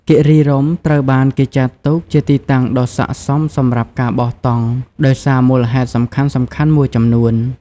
គិរីរម្យត្រូវបានគេចាត់ទុកជាទីតាំងដ៏ស័ក្តិសមសម្រាប់ការបោះតង់ដោយសារមូលហេតុសំខាន់ៗមួយចំនួន។